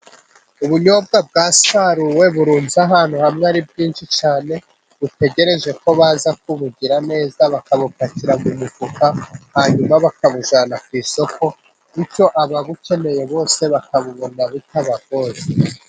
Ubunyobwa bwasaruwe .Burunze ahantu hamwe ari bwinshi cyane. Butegereje ko baza kubugira neza. Bakabupatira mu mufuka. Hanyuma bakabujyana ku isoko .Bityo ababukeneye bose bakabubona bitabagoye.